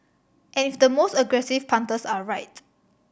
and if the most aggressive punters are right